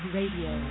Radio